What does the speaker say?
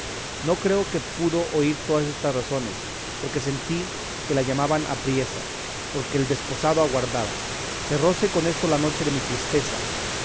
no creo que pudo oír todas estas razones porque sentí que la llamaban apriesa porque el desposado aguardaba cerróse con esto la noche de mi tristeza